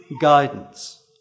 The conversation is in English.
guidance